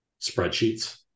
spreadsheets